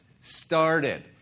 started